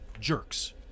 jerks